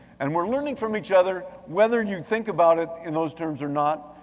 and we're learning from each other, whether you think about it in those terms or not,